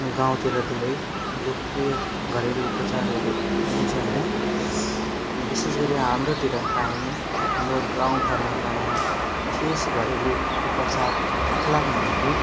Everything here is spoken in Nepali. गाउँतिर धेरै लोकप्रिय घरेलु उपचारहरू पाइन्छ होइन अनि विशेष गरी हाम्रोतिर पाइने हाम्रो गाउँ घरमा पाइने विशेष घरेलु उपचार पखालाको निम्ति